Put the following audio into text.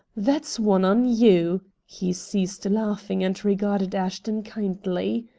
that's one on you. he ceased laughing and regarded ashton kindly.